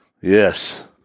Yes